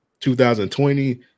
2020